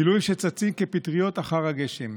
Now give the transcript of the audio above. גילויים שצצים כפטריות אחר הגשם: